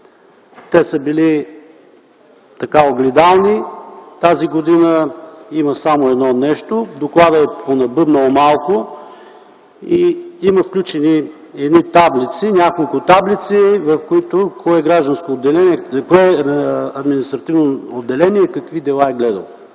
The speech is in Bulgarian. Те са били огледални. Тази година има само едно нещо – докладът е понабъбнал малко. Има включени няколко таблици – кое административно отделение какви дела е гледало.